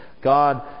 God